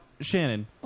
Shannon